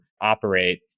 operate